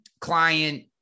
client